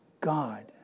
God